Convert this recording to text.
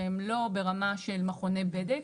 שהם לא ברמה של מכוני בדק.